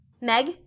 Meg